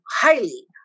highly